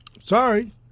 sorry